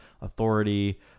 authority